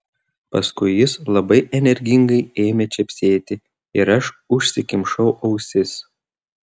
paskui jis labai energingai ėmė čepsėti ir aš užsikimšau ausis